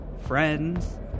friends